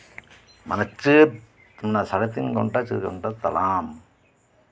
ᱢᱟᱱᱮ ᱪᱟᱹᱛ ᱥᱟᱨᱮᱱᱟᱜ ᱥᱟᱲᱮ ᱛᱤᱱ ᱜᱷᱚᱱᱴᱟ ᱛᱤᱱ ᱜᱷᱚᱱᱴᱟ ᱛᱟᱲᱟᱢ